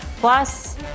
Plus